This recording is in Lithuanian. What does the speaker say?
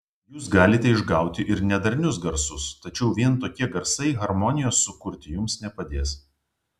jūs galite išgauti ir nedarnius garsus tačiau vien tokie garsai harmonijos sukurti jums nepadės